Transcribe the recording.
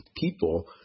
people